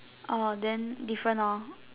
orh then different lor